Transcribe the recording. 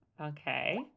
Okay